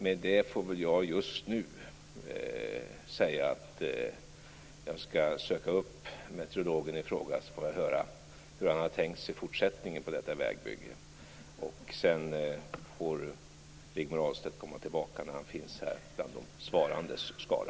Med det får jag just nu säga att jag skall söka upp meteorologen i fråga för att höra hur han har tänkt sig fortsättningen på detta vägbygge. Sedan får Rigmor Ahlstedt komma tillbaka när han finns här bland de svarandes skara.